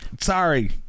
Sorry